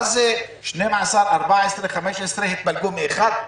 מה זה, 12, 14, 15 התפלגו מאחד,